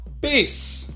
Peace